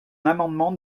amendement